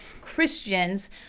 Christians